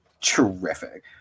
terrific